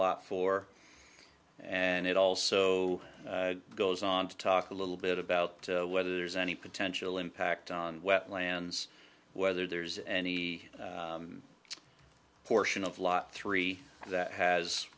law for and it also goes on to talk a little bit about whether there's any potential impact on wetlands whether there's any portion of lot three that has